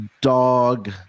dog